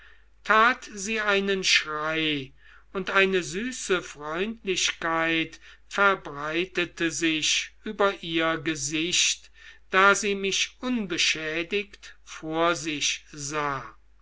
tat sie einen schrei und eine süße freundlichkeit verbreitete sich über ihr gesicht da sie mich unbeschädigt vor sich sah